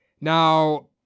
Now